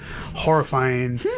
horrifying